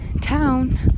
town